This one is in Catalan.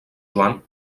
joan